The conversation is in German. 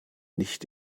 nicht